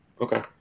Okay